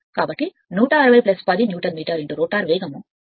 కాబట్టి 160 10 newton metre rotor వేగం 100